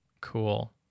cool